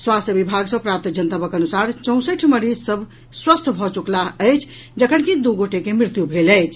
स्वास्थ्य विभाग सॅ प्राप्त जनतबक अनुसार चौंसठि मरीज सभ स्वस्थ भऽ चुकलाह अछि जखनकि दू गोटे के मृत्यु भेल अछि